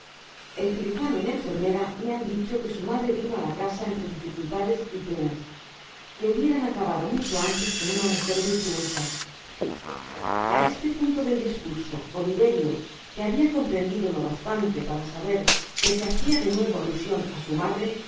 el cirujano y la enfermera me han dicho que su madre vino á la casa entre dificultades y penas que hubieran acabado mucho antes con unamos virtuosa a este punto del discurso oliverio que habia comprendido lo bastante para saber que se hacia de nuevo alusion á su madre